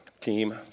team